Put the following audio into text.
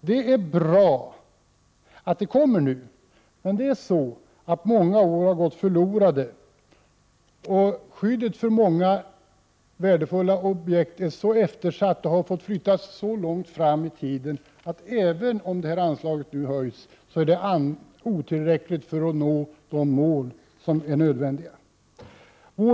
Det är bra att den kommer nu, men många år har gått förlorade, och skyddet är för många värdefulla objekt så eftersatt och har fått flyttas så långt fram i tiden att anslaget, även om det nu höjs, är otillräckligt för att nå de mål som det är nödvändigt att nå.